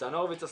ניצן הורביץ,